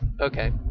Okay